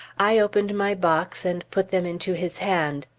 i opened my box and put them into his hand.